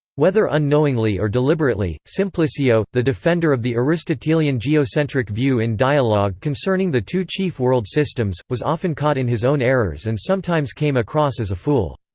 whether unknowingly or deliberately, simplicio, the defender of the aristotelian geocentric view in dialogue concerning the two chief world systems, was often caught in his own errors and sometimes came across as a fool.